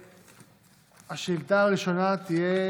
השאילתה הראשונה תהיה